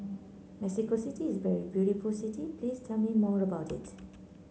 Mexico City is a very beautiful city please tell me more about it